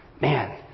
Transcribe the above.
man